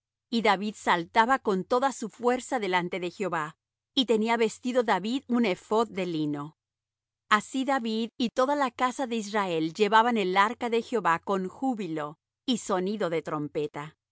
y david saltaba con toda su fuerza delante de jehová y tenía vestido david un ephod de lino así david y toda la casa de israel llevaban el arca de jehová con júbilo y sonido de trompeta